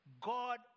God